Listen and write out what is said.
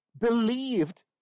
believed